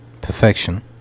perfection